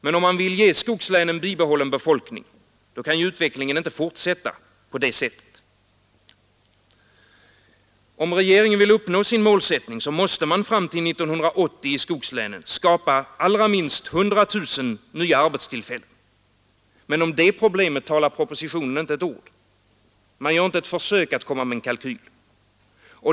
Men om man vill ge skogslänen en bibehållen befolkning, då kan ju utvecklingen inte få fortsätta på det sättet. Om regeringen vill uppnå sin målsättning måste man fram till 1980 i skogslänen skapa allra minst 100 000 nya arbetstillfällen. Men om det problemet säger propositionen inte ett ord. Man gör inte ens ett försök att komma med en kalkyl.